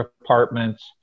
Apartments